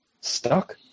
stuck